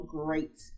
great